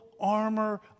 armor